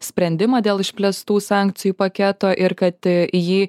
sprendimą dėl išplėstų sankcijų paketo ir kad į jį